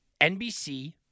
NBC